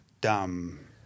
dumb